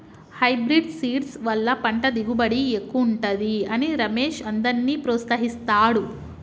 hybrid seeds వల్ల పంట దిగుబడి ఎక్కువుంటది అని రమేష్ అందర్నీ ప్రోత్సహిస్తాడు